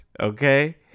Okay